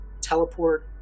teleport